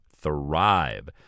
thrive